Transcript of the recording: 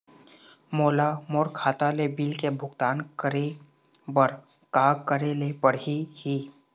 मोला मोर खाता ले बिल के भुगतान करे बर का करेले पड़ही ही?